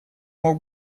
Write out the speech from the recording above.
мог